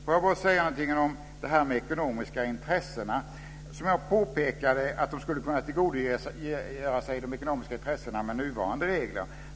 Får jag bara säga något om de ekonomiska intressena. Som jag påpekade skulle man kunna tillgodogöra sig de ekonomiska intressena med nuvarande regler.